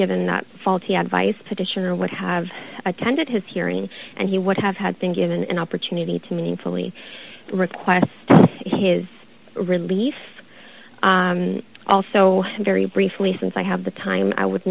not faulty advice petitioner what have attended his hearing and he would have had been given an opportunity to meaningfully request his release also very briefly since i have the time i would